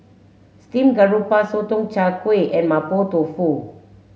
Steamed Garoupa Sotong Char Kway and Mapo Tofu